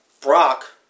Brock